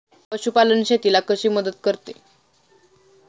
पशुपालन शेतीला कशी मदत करते?